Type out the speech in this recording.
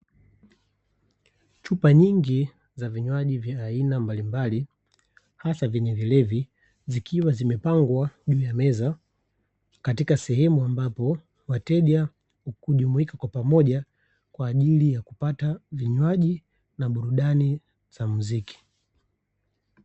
Chupa nyingi za vinywaji vya aina mbalimbali hasa vyenye vilevi, zikiwa zimepangwa juu ya meza katika sehemu ambapo wateja hujumuika kwa pamoja kwa ajili ya kupata vinywaji na burudani za muziki.